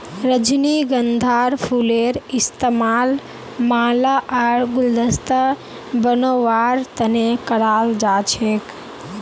रजनीगंधार फूलेर इस्तमाल माला आर गुलदस्ता बनव्वार तने कराल जा छेक